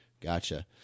Gotcha